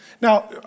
Now